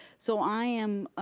so i am,